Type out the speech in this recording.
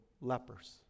lepers